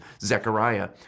Zechariah